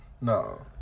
No